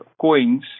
coins